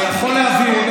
אני יכול להבין,